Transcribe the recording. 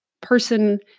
person